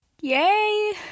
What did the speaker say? Yay